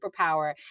superpower